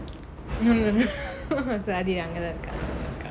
no no no swathi அங்க தான் இருக்கா:anga thaan irukkaa